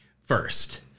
first